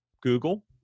Google